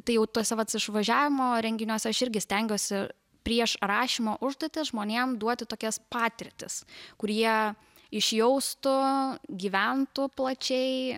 tai jau tuose vat išvažiavimo renginiuose aš irgi stengiuosi prieš rašymo užduotis žmonėm duoti tokias patirtis kur jie išjaustų gyventų plačiai